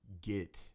get